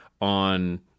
on